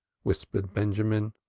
whispered benjamin.